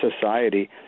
society